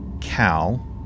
Cal